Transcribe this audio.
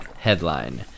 headline